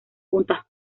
punta